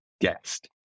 guest